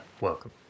Welcome